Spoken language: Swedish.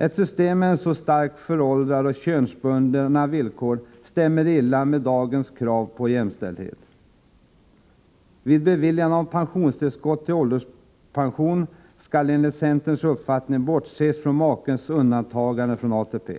Ett system med så starkt föråldrade och könsbundna villkor stämmer illa med dagens krav på jämställdhet. Vid beviljande av pensionstillskott till ålderspension skall, enligt centerns uppfattning, bortses från makes undantagande från ATP.